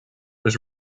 was